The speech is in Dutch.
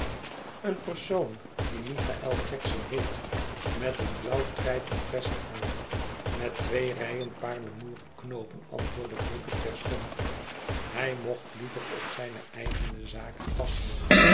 een persoon die michaël jackson heet met een blauw trijpen vest aan met twee rijen paarlemoeren knoopen antwoordde bucket terstond hij mocht liever op zijne eigene zaken passen